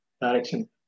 direction